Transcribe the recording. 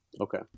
Okay